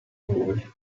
lui